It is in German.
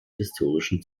historischen